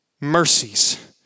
mercies